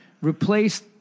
replace